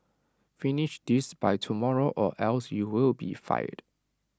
finish this by tomorrow or else you will be fired